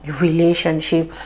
relationship